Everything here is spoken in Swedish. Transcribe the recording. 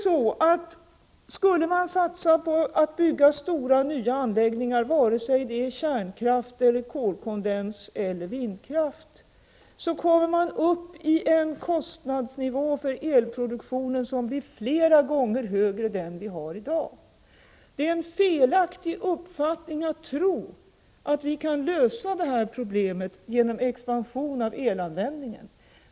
Skulle man satsa på att bygga stora nya anläggningar — vare sig det är fråga om kärnkraft, kolkondens eller vindkraft — kommer man upp till en kostnadsnivå för elproduktionen som är flera gånger högre än den vi har i dag. Det är en felaktig uppfattning att tro att vi kan lösa detta problem genom expansion av elanvändningen.